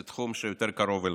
זה תחום יותר קרוב אליי.